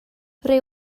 rwy